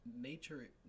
nature